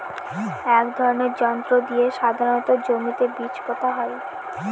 এক ধরনের যন্ত্র দিয়ে সাধারণত জমিতে বীজ পোতা হয়